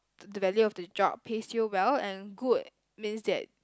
the value of the job pays you well and good means that